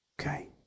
Okay